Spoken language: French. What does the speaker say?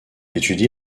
étudie